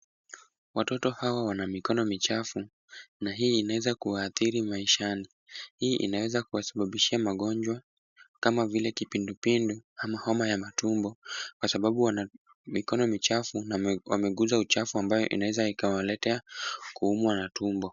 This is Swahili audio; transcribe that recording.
Watoto hawa wana mikono michafu na hii inaweza kuwaathiri maishani. Hii inaweza kuwasababishia magonjwa kama vile kipindupindu ama homa ya matumbo kwa sababu wana mikono michafu na wameguza uchafu ambayo inaweza ikawaletea kuumwa na tumbo.